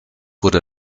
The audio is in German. wurde